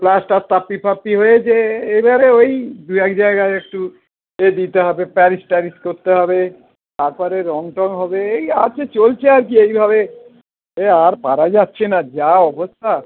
plaster টাপ্পি ফাপ্পি হয়েছে এবারে ওই দু এক জায়গায় একটু এ দিতে হবে প্যারিস ট্যারিস করতে হবে তারপরে রঙ টঙ হবে এই আছে চলছে আরকি এইভাবে এ আর পারা যাচ্ছে না যা অবস্থা